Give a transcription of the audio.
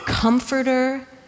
comforter